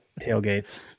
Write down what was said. Tailgates